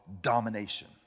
domination